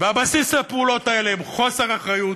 הבסיס לפעולות האלה הוא חוסר אחריות,